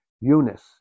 Eunice